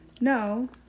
no